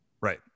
Right